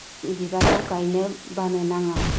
बिबारखौ गायनो बानो नाङा